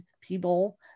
people